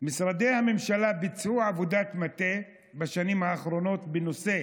משרדי הממשלה ביצעו עבודת מטה בשנים האחרונות בנושא